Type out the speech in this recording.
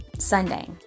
sunday